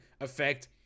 effect